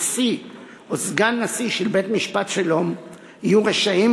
נשיא או סגן נשיא בית-משפט שלום יהיו רשאים